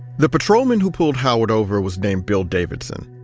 the patrolman who pulled howard over was named bill davidson.